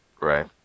Right